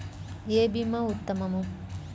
ఏ భీమా ఉత్తమము?